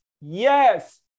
Yes